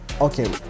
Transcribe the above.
okay